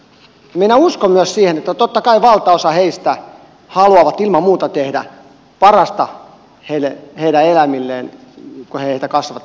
minä uskon myös siihen että totta kai valtaosa heistä haluaa ilman muuta tehdä parasta eläimilleen kun he niitä kasvattavat